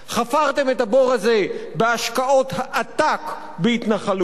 חפרתם את הבור הזה בהשקעות עתק בהתנחלויות,